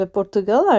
Portugal